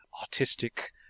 artistic